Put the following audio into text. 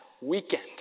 weekend